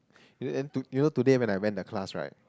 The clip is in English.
and then you know today when I went the class right